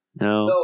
no